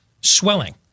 swelling